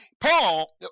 Paul